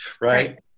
Right